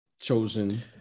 chosen